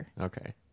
Okay